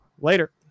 Later